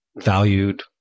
valued